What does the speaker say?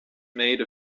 made